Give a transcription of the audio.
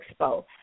Expo